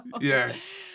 Yes